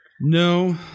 No